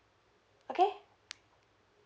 okay